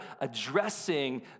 addressing